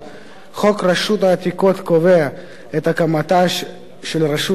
חוק רשות העתיקות קובע את הקמתה של רשות העתיקות